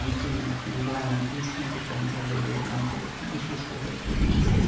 um cleaning up the environment these kinds of things are really um so key issues for the greens.